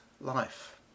life